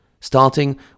starting